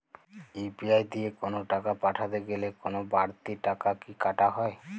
UPI দিয়ে কোন টাকা পাঠাতে গেলে কোন বারতি টাকা কি কাটা হয়?